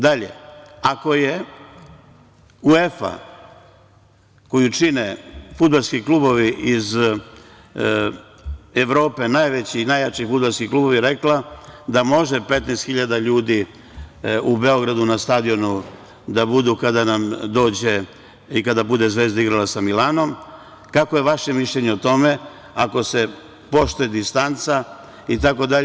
Dalje, ako je UEFA koju čine fudbalski klubovi iz Evrope, najveći i najjači fudbalski klubovi, rekla da može 15.000 ljudi u Beogradu na stadionu da bude kada bude Zvezda igrala sa Milanom, kako je vaše mišljenje o tome, ako se poštuje distanca itd.